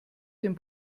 dem